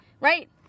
right